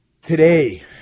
today